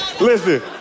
Listen